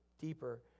deeper